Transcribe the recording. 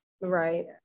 Right